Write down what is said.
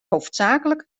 hoofdzakelijk